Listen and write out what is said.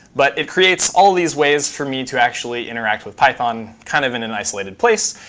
but it creates all these ways for me to actually interact with python kind of in an isolated place.